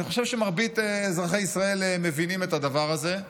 אני חושב שמרבית אזרחי ישראל מבינים את הדבר הזה,